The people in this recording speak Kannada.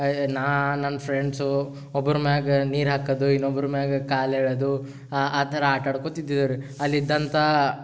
ನಾ ನನ್ನ ಫ್ರೆಂಡ್ಸು ಒಬ್ಬರ ಮ್ಯಾಲ ನೀರು ಹಾಕೋದು ಇನ್ನೊಬ್ರ ಮ್ಯಾಲ ಕಾಲು ಎಳ್ಯೋದು ಆ ಥರ ಆಟ ಆಡ್ಕೊತ್ತಿದ್ದೆವ್ ರೀ ಅಲ್ಲಿ ಇದ್ದಂಥ